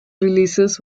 releases